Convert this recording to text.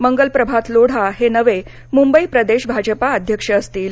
मंगल प्रभात लोढा हे नवे मुंबई प्रदेश भाजपा अध्यक्ष असतील